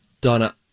Donna